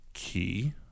Key